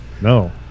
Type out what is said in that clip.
No